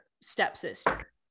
stepsister